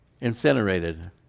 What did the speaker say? incinerated